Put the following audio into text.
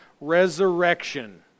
resurrection